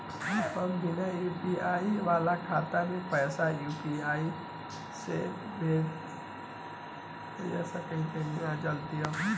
हम बिना यू.पी.आई वाला खाता मे पैसा यू.पी.आई से भेज सकेम की ना और जदि हाँ त कईसे?